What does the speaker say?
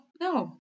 No